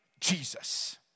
Jesus